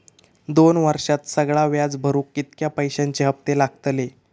दोन वर्षात सगळा व्याज भरुक कितक्या पैश्यांचे हप्ते लागतले?